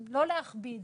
להכביד.